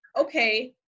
okay